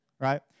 right